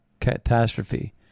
catastrophe